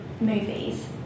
movies